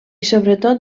sobretot